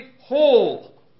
whole